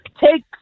take